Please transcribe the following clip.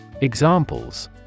Examples